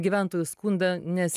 gyventojų skundą nes